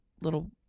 little